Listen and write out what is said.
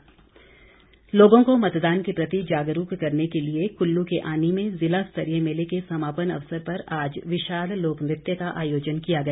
लोक नृत्य लोगों को मतदान के प्रति जागरूक करने के लिए कुल्लू के आनी में जिला स्तरीय मेले के समापन अवसर पर आज विशाल लोक नृत्य का आयोजन किया गया